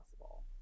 possible